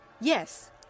Yes